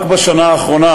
רק בשנה האחרונה